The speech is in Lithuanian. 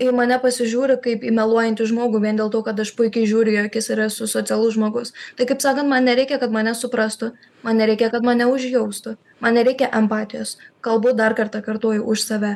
į mane pasižiūri kaip į meluojantį žmogų vien dėl to kad aš puikiai žiūri į akis ir esu socialus žmogus tai kaip sakant man nereikia kad mane suprastų man nereikia kad mane užjaustų man nereikia empatijos kalbu dar kartą kartoju už save